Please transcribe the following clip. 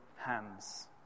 hands